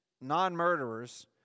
non-murderers